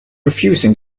refusing